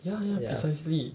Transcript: ya ya precisely